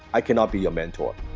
i cannot be your mentor.